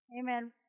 Amen